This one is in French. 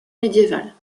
médiévale